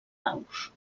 aus